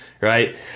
right